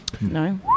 No